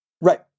Right